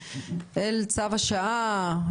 אל צו השעה,